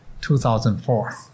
2004